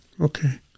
Okay